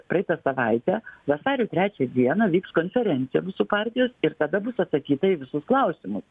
praeitą savaitę vasario trečią dieną vyks konferencija mūsų partijos ir tada bus atsakyta į visus klausimus